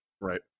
Right